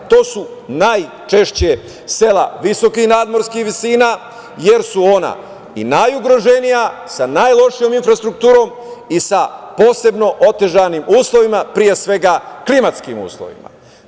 To su najčešće sela visokih nadmorskih visina, jer su ona najugroženija, sa najlošijom infrastrukturom i sa posebno otežanim uslovima, pre svega klimatskim uslovima.